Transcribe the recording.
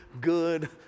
good